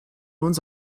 uns